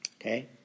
Okay